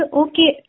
okay